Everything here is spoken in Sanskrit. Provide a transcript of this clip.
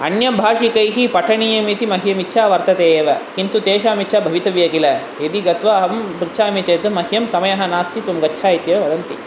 अन्यैः भाषितैः पठनीयम् इति मह्यम् इच्छा वर्तते एव किन्तु तेषाम् इच्छा भवितव्या किल इति गत्वा अहं पृच्छामि चेत् मह्यं समयः नास्ति त्वं गच्छ इत्येव वदन्ति